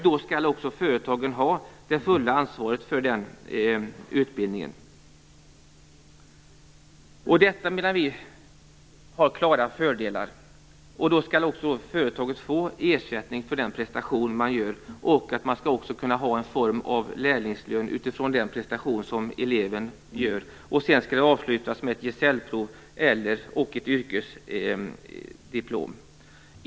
Då skall också företagen ha det fulla ansvaret för utbildningen. Detta har, menar vi, klara fördelar. Då skall också företaget få ersättning för den prestation man utför, och man skall kunna ha en form av lärlingslön utifrån den prestation eleven utför. Sedan skall utbildningen avslutas med ett gesällprov och ett yrkesdiplom.